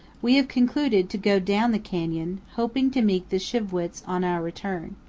we have concluded to go down the canyon, hoping to meet the shi'vwits on our return.